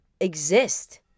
exist